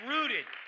Rooted